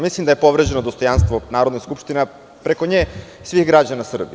Mislim da je povređeno dostojanstvo Narodne skupštine, a preko nje i svih građana Srbije.